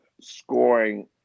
scoring